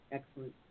Excellent